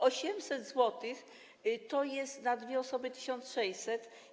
800 zł to jest na dwie osoby 1600.